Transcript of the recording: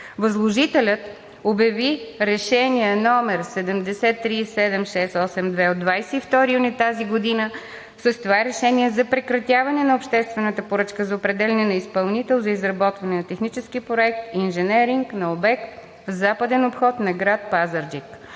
възложителят обяви Решение № 70-37-682 от 22 юни тази година за прекратяване на обществената поръчка за определяне на изпълнител за изработване на технически проект „Инженеринг на обект – Западен обход на град Пазарджик“.